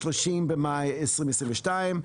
30 במאי 2022,